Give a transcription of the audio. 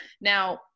Now